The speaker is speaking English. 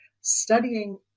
studying